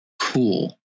cool